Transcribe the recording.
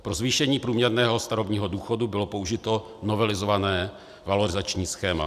Pro zvýšení průměrného starobního důchodu bylo použito novelizované valorizační schéma.